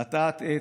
לטעת עץ,